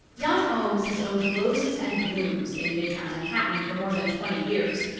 jan ooms has owned roses and blooms in midtown manhattan for more than twenty years.